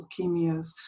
leukemias